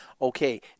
Okay